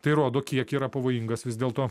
tai rodo kiek yra pavojingas vis dėlto